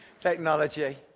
Technology